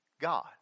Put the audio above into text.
God